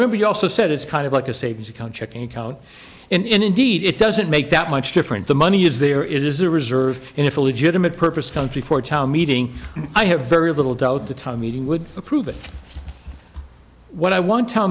remember you also said it's kind of like a savings account checking account and indeed it doesn't make that much different the money is there it is a reserve and if a legitimate purpose country for a town meeting i have very little doubt the time meeting would approve of what i want to tell